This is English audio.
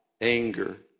anger